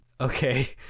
okay